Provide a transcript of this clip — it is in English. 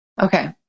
okay